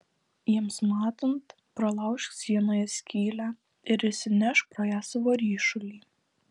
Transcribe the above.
jiems matant pralaužk sienoje skylę ir išsinešk pro ją savo ryšulį